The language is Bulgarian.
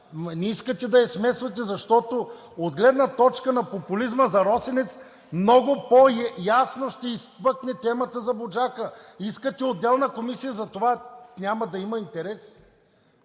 не искате да я смесвате, защото от гледна точка на популизма за „Росенец“ много по-ясно ще изпъкне темата за „Буджака“! Искате отделна комисия! Затова няма да има интерес.